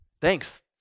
thanks